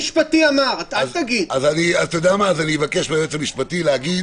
אתה יודע מה, אז אגיד ליועץ המשפטי להגיד.